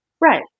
right